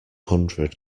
hundred